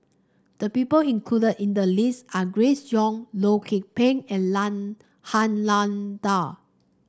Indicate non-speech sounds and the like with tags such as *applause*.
the people included in the list are Grace Young Loh Lik Peng and *unintelligible* Han Lao Da